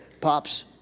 Pops